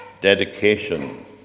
dedication